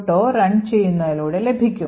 o run ചെയ്യുന്നതിലൂടെ ലഭിക്കും